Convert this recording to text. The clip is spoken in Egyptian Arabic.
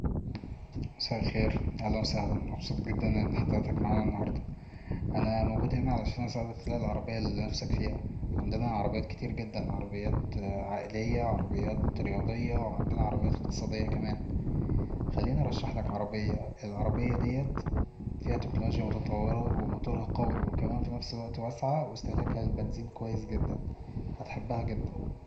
مساء الخير اهلا وسهلا مبسوط جدا أن حضرتك معانا النهاردة أنا موجود هنا علشان اساعدك تلاقي العربية اللي نفسك فيها عندنا عربيات كتير جدا عربيات عائلية عربيات رياضية وعندنا عربيات اقتصادية كمان خليني ارشحلك عربية العربية ديت فيها تكنولوجيا متطوره وماتورها قوي وكمان في نفس الوقت واسعة واستهلاكها للبنزين كويس جدا هتحبها جدا